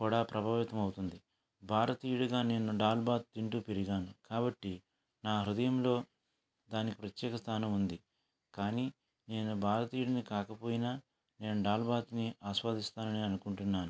కూడా ప్రభావితం అవుతుంది భారతీయుడిగా నేను దాల్ బాత్ తింటూ పెరిగాను కాబట్టి నా హృదయంలో దాన్ని ప్రత్యేక స్థానం ఉంది కానీ నేను భారతీయుడిని కాకపోయినా నేను దాల్ బాత్ని ఆస్వాదిస్తానని అనుకుంటున్నాను